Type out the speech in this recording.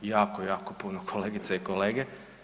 Jako, jako puno kolegice i kolege.